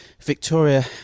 Victoria